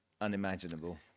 unimaginable